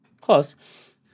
Close